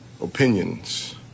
opinions